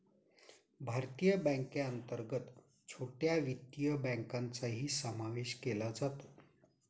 भारतीय बँकेअंतर्गत छोट्या वित्तीय बँकांचाही समावेश केला जातो